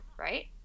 right